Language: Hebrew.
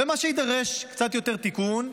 מה שידרוש קצת יותר תיקון,